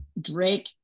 Drake